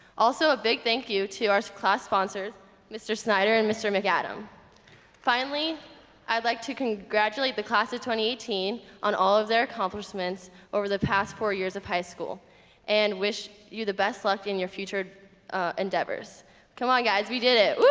also a big thank you to our class sponsors mr. schneider and mr. mcadam finally i'd like to congratulate the class of two thousand and eighteen on all of their accomplishments over the past four years of high school and wish you the best luck in your future endeavors come on guys, we did it!